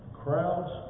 Crowds